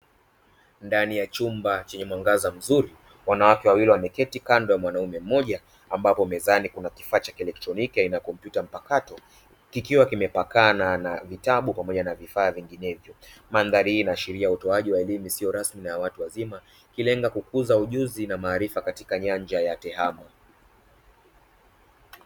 Ndani ya chumba chenye mwangaza mzuri wanawake wawili wameketi kando ya mwanaume mmoja, ambapo mezani kuna kifaa cha kielektroniki aina ya kompyuta mpakato kikiwa kimepakana na vitabu pamoja na vifaa vinginevyo. Mandhari hii inaashiria utoaji wa elimu isiyo rasmi na ya watu wazima ikilenga kukuza ujuzi na maarifa katika nyanja ya tehama.